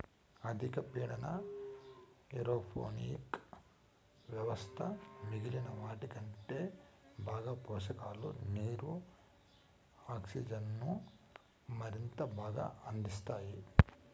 అధిక పీడన ఏరోపోనిక్ వ్యవస్థ మిగిలిన వాటికంటే బాగా పోషకాలు, నీరు, ఆక్సిజన్ను మరింత బాగా అందిస్తాయి